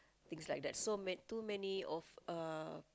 is like that so ma~ too many of uh